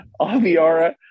Aviara